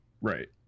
right